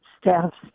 staff's